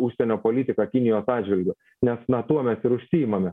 užsienio politika kinijos atžvilgiu nes na tuo mes ir užsiimame